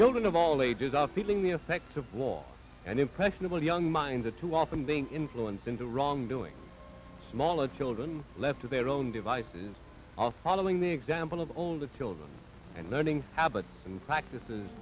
children of all ages are feeling the effects of war and impressionable young minds are too often being influenced into wrong doing small children left to their own devices all following the example of all the children and learning habits and practices